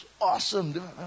awesome